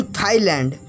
Thailand